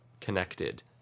connected